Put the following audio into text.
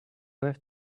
have